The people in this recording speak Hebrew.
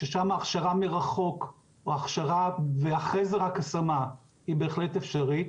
ששם ההכשרה מרחוק או הכשרה ואחרי זה רק השמה היא בהחלט אפשרית,